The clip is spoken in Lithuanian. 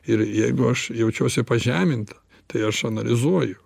ir jeigu aš jaučiuosi pažeminta tai aš analizuoju